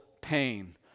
pain